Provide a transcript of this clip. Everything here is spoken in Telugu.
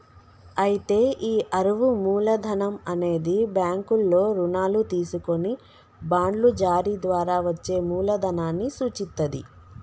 అయితే ఈ అరువు మూలధనం అనేది బ్యాంకుల్లో రుణాలు తీసుకొని బాండ్లు జారీ ద్వారా వచ్చే మూలదనాన్ని సూచిత్తది